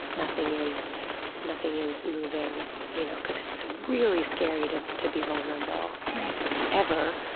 nothing is nothing is moving, you know because it's really scary to to be vulnerable ever,